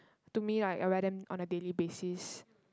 to me like I wear them on a daily basis